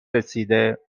رسیده